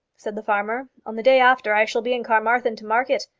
said the farmer. on the day after i shall be in carmarthen to market.